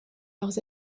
leurs